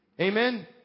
Amen